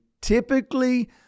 typically